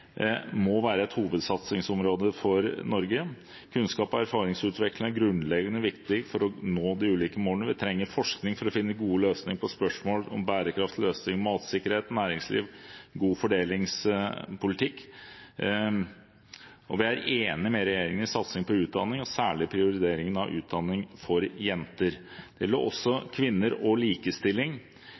må være et hovedsatsingsområde for Norge. Kunnskap og erfaringsutveksling er grunnleggende viktig for å nå de ulike målene. Vi trenger forskning for å finne gode løsninger på spørsmål om bærekraft, matsikkerhet, næringsliv og god fordelingspolitikk. Vi er enig med regjeringen om satsing på utdanning, og særlig prioriteringen av utdanning for jenter. Det gjelder også kvinner og likestilling,